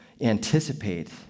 anticipate